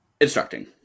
instructing